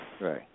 Right